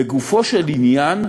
לגופו של עניין,